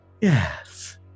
Yes